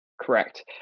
Correct